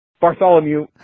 Bartholomew